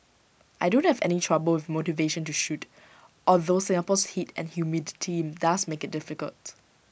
I don't have any trouble with motivation to shoot although Singapore's heat and humidity does make IT difficult